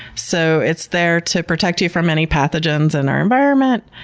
so, it's there to protect you from any pathogens in our environment.